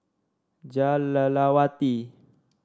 Jah Lelawati